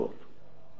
וברוך השם,